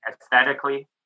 aesthetically